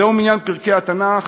זהו מניין פרקי התנ"ך,